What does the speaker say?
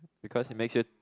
because it makes you